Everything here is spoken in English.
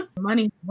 money